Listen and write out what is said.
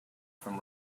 from